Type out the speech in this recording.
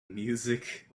music